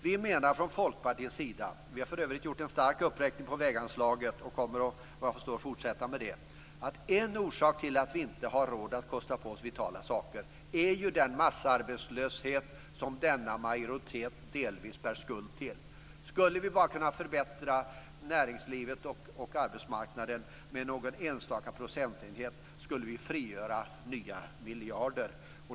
Vi har från Folkpartiets sida gjort en stark uppräkning av väganslaget och kommer att fortsätta med det. En orsak till att vi inte har råd att kosta på oss vitala saker är den massarbetslöshet som denna majoritet delvis bär skuld till. Skulle vi bara kunna förbättra näringslivet och arbetsmarknaden med någon enstaka procentenhet skulle vi frigöra nya miljarder.